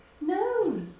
No